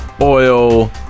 oil